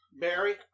Barry